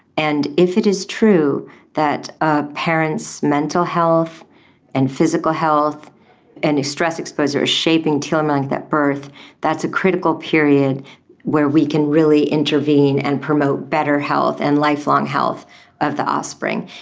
and if it is true that a parent's mental health and physical health and stress exposure is shaping telomere length at birth, that's a critical period where we can really intervene and promote better health and lifelong health of the offspring.